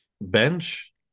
Bench